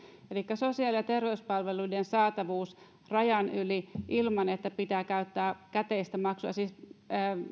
elikkä sosiaali ja terveyspalveluiden saatavuuteen rajan yli ilman että pitää käyttää käteistä maksua siis